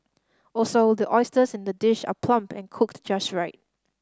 also the oysters in the dish are plump and cooked just right